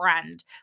friend